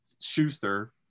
Schuster